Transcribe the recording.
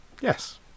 Yes